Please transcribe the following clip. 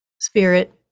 spirit